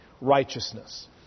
righteousness